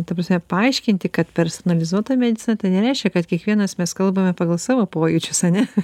ta prasme paaiškinti kad personalizuota medicina tai nereiškia kad kiekvienas mes kalbame pagal savo pojūčius ane